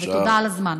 תודה על הזמן.